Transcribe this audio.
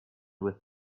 with